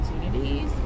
opportunities